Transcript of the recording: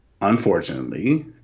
unfortunately